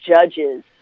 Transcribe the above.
judges